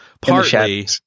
partly